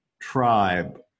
tribe